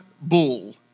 bull